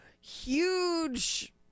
huge